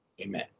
Amen